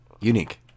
unique